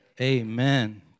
amen